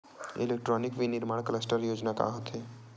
Electronic विनीर्माण cluster योजना का होथे?